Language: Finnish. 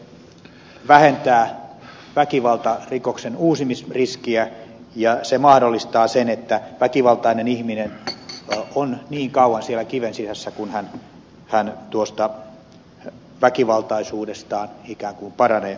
se vähentää väkivaltarikoksen uusimisriskiä ja se mahdollistaa sen että väkivaltainen ihminen on niin kauan siellä kiven sisässä kuin hän tuosta väkivaltaisuudestaan ikään kuin paranee